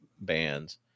bands